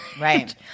right